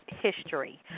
history